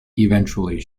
eventually